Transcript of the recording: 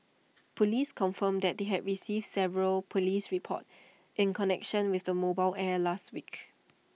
Police confirmed that they had received several Police reports in connection with the mobile air last week